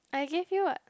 I gave you what